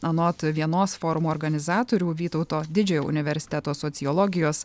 anot vienos forumo organizatorių vytauto didžiojo universiteto sociologijos